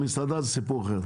מסעדה זה סיפור אחר.